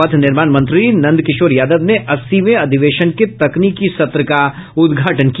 पथ निर्माण मंत्री नंद किशोर यादव ने अस्सीवें अधिवेशन के तकनीकी सत्र का उद्घाटन किया